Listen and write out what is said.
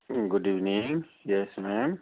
good evening yes ma'am